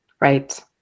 Right